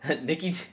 Nikki